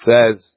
Says